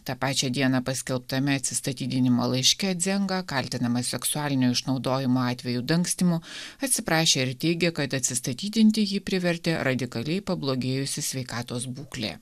tą pačią dieną paskelbtame atsistatydinimo laiške dzenga kaltinamas seksualinio išnaudojimo atvejų dangstymu atsiprašė ir teigia kad atsistatydinti jį privertė radikaliai pablogėjusi sveikatos būklė